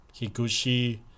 Higuchi